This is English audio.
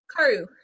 Karu